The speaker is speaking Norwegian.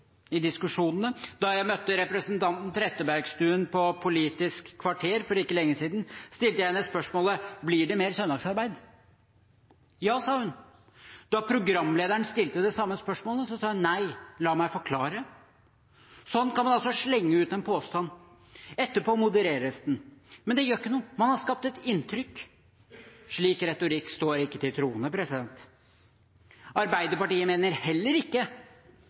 i diskusjonene. Da jeg møtte representanten Trettebergstuen på Politisk kvarter for ikke lenge siden, stilte jeg henne spørsmål om det blir mer søndagsarbeid. «Ja», sa hun. Da programlederen stilte det samme spørsmålet, sa hun «nei, men la meg forklare». Sånn kan man slenge ut en påstand. Etterpå modereres den. Men det gjør ikke noe – man har skapt et inntrykk. Slik retorikk står ikke til troende. Arbeiderpartiet mener heller ikke